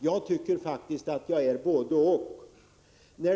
Jag tycker faktiskt att jag är både — och.